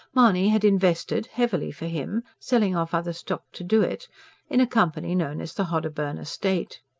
mahony had invested heavily for him, selling off other stock to do it in a company known as the hodderburn estate.